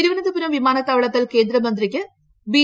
തിരുവനന്തപുരം വിമാനത്താവളത്തിൽ കേന്ദ്രമന്ത്രിക്ക് ബി